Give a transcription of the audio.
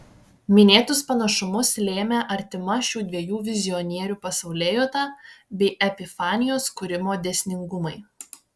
minėtus panašumus lėmė artima šių dviejų vizionierių pasaulėjauta bei epifanijos kūrimo dėsningumai